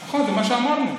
נכון, זה מה שאמרנו.